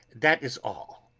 that is all.